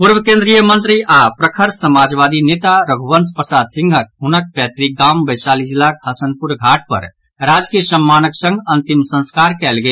पूर्व केन्द्रीय मंत्री आओर प्रखर समाजवादी नेता रघुवंश प्रसाद सिंहक हुनक पैतृक गाम वैशाली जिलाक हसनपुर घाट पर राजकीय सम्मानक संग अंतिम संस्कार कयल गेल